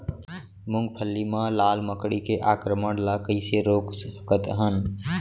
मूंगफली मा लाल मकड़ी के आक्रमण ला कइसे रोक सकत हन?